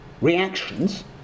reactions